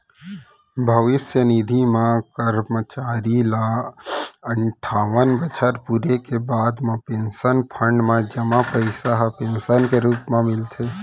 भविस्य निधि म करमचारी ल अनठावन बछर पूरे के बाद म पेंसन फंड म जमा पइसा ह पेंसन के रूप म मिलथे